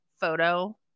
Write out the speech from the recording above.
photo